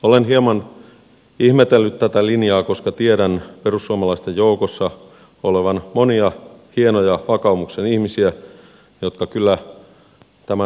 olen hieman ihmetellyt tätä linjaa koska tiedän perussuomalaisten joukossa olevan monia hienoja vakaumuksen ihmisiä jotka kyllä tämän asian oivaltavat